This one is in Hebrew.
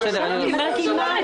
הנזקים.